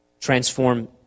transform